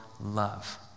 love